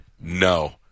No